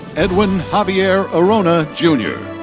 edwin javier arrona, jnr.